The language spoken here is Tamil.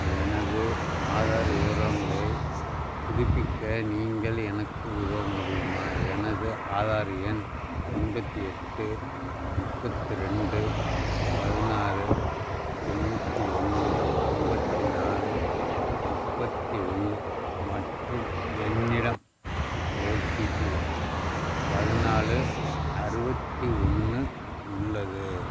எனது ஆதார் விவரங்களைப் புதுப்பிக்க நீங்கள் எனக்கு உதவ முடியுமா எனது ஆதார் எண் எண்பத்தி எட்டு முப்பத்து ரெண்டு பதினாறு தொண்ணூற்றி ஒன்று ஐம்பத்தி நாலு முப்பத்தி ஒன்று மற்றும் என்னிடம் ஓடிபி பதினாழு அறுபத்தி ஒன்று உள்ளது